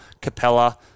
Capella